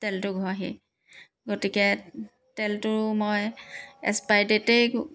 তেলটো ঘঁহি গতিকে তেলটো মই এক্সপাইৰ ডেটেই